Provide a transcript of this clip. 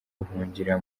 guhungira